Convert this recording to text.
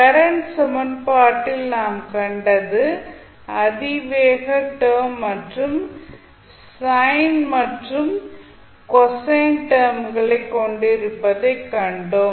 current சமன்பாட்டில் நாம் கண்டது அதிவேக டெர்ம் மற்றும் சைன் மற்றும் கொசைன் டெர்ம்களை கொண்டிருப்பதைக் கண்டோம்